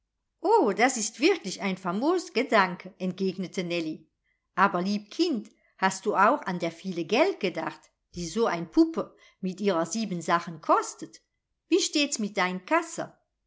o das ist wirklich ein famos gedanke entgegnete nellie aber lieb kind hast du auch an der viele geld gedacht die so ein puppe mit ihrer siebensachen kostet wie steht's mit dein kasse